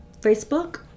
Facebook